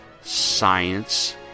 Science